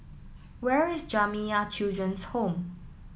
where is Jamiyah Children's Home